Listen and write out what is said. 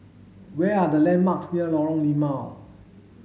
where are the landmarks near Lorong Limau